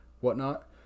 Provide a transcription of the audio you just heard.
whatnot